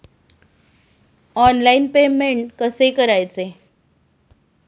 Online payment कसे करायचे?